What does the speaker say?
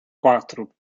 quatro